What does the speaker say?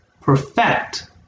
perfect